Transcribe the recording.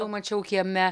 jau mačiau kieme